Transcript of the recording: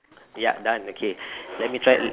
yup done okay let me try